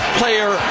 player